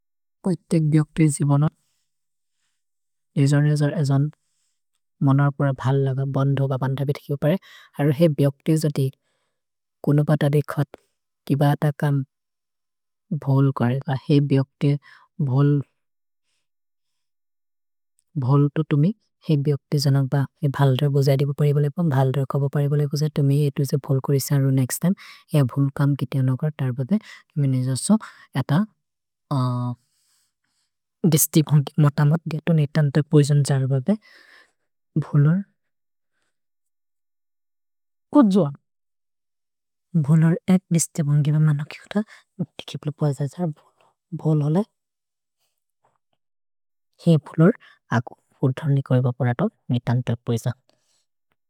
कोइ तेक् भियक्ति जिबन? एजोर् एजोर् अजन् मनर् प्रए भल् लग, बन्धो ब बन्धबे थिक्यो परे। हरो है भियक्ति जति कुनो बत देखत्, किब अत कम् भोल् करे। है भियक्ति भोल्, भोल् तो तुमि है भियक्ति जन भ, है भल् दर् बोजदि बो परि बोलेपम्, भल् दर् कबो परि बोलेपम्, तुमि एतो से भोल् करिसि अरु नेक्स्त् तिमे। है भोल् कम् किति अनुकर्, तर् बदे तुमि नेजसो अत देस्ति भन्गि मतमत्, गेतु नेतन्त पोइजन् जर् बबे, भोलर् को जोअन्। भ्होलर् एक् देस्ति भन्गि ब मन किकुत, इति किप्ल पोइजन् जर् भोल्, भोल् ओले, है भोलर् अको फुर्थनि कोइ बपुर् अत नेतन्त पोइजन्।